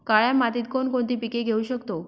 काळ्या मातीत कोणकोणती पिके घेऊ शकतो?